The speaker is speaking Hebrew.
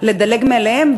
לדלג מעליהם.